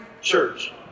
church